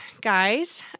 guys